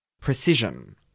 precision